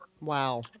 Wow